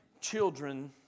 children